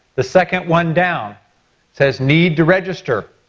the second one down says need to register.